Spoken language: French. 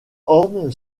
orne